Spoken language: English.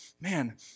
man